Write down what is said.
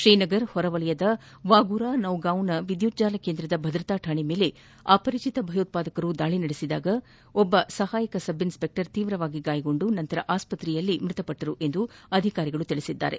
ಶ್ರೀನಗರ ಹೊರವಲಯದ ವಾಗೂರಾ ನೌಗಾಂವ್ನ ವಿದ್ಯುತ್ ಜಾಲ ಕೇಂದ್ರದ ಭದ್ರತಾ ಕಾಣೆ ಮೇಲೆ ಅಪರಿಚಿತ ಭಯೋತ್ಪಾದಕರು ದಾಳಿ ನಡೆಸಿದಾಗ ಸಿಐಎಸ್ಎಫ್ನ ಒಬ್ಲ ಸಹಾಯಕ ಸಬ್ಇನ್ಪೆಕ್ಷರ್ ತೀವ್ರವಾಗಿ ಗಾಯಗೊಂಡು ನಂತರ ಆಸ್ತತೆಯಲ್ಲಿ ಮ್ಬತಪಟ್ಟರು ಎಂದು ಅಧಿಕಾರಿಗಳು ತಿಳಿಸಿದ್ದಾರೆ